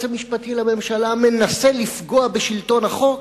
המשפטי לממשלה מנסה לפגוע בשלטון החוק,